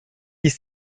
dix